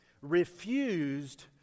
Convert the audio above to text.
refused